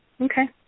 Okay